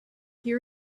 here